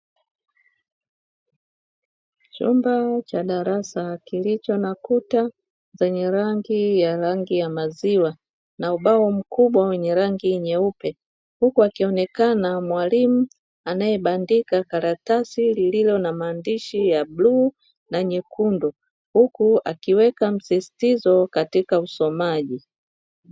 Chumba cha darasa kilicho na kuta zenye rangi ya maziwa na ubao mkubwa wenye rangi nyeupe, huku akionekana mwalimu anayebandika karatasi lililo na maandishi ya bluu na nyekundu, huku akiweka msisitizo katika usomaji.